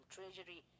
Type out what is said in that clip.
Treasury